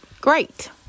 great